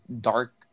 dark